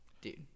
Dude